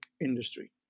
industry